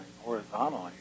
horizontally